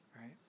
Right